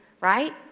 right